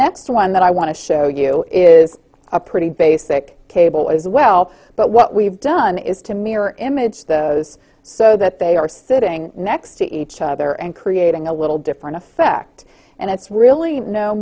next one that i want to show you is a pretty basic cable as well but what we've done is to mirror image the is so that they are sitting next to each other and creating a little different effect and it's really no